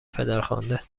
پدرخوانده